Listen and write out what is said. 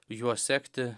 juo sekti